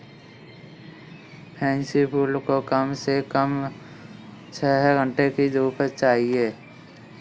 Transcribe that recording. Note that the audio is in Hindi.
पैन्सी फूल को कम से कम छह घण्टे की धूप चाहिए